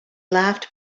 laughed